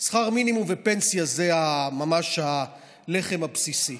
שכר מינימום ופנסיה זה ממש הלחם הבסיסי.